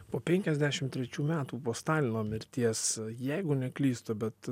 po penkiasdešimt trečių metų po stalino mirties jeigu neklystu bet